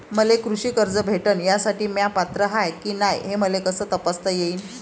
मले कृषी कर्ज भेटन यासाठी म्या पात्र हाय की नाय मले कस तपासता येईन?